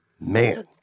Man